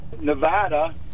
Nevada